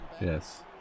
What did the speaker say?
yes